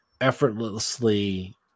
effortlessly